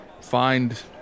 find